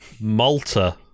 Malta